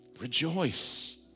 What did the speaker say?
Rejoice